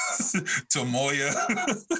Tomoya